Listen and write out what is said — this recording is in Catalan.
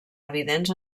evidents